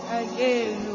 again